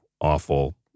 awful